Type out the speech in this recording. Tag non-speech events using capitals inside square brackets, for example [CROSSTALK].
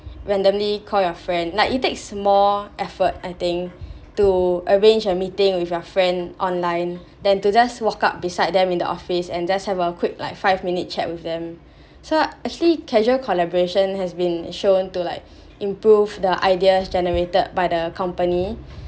randomly call your friend like it takes more effort I think to arrange a meeting with your friend online then to just walk out beside them in the office and just have a quick like five minutes chat with them [BREATH] so actually casual collaboration has been shown to like [BREATH] improve the ideas generated by the company [BREATH]